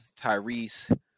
Tyrese